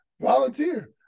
volunteer